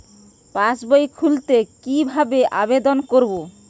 পাসবই খুলতে কি ভাবে আবেদন করব?